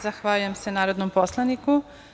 Zahvaljujem se narodnom poslanik.